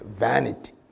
vanity